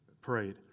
prayed